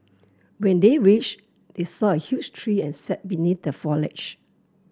when they reached they saw a huge tree and sat beneath the foliage